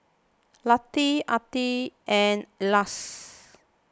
Latif Aqil and Elyas